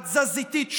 התזזיתית שלו,